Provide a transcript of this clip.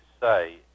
say